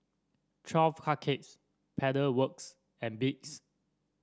Twelve Cupcakes Pedal Works and Beats